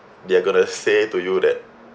they're going to say to you that